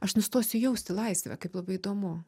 aš nustosiu jausti laisvę kaip labai įdomu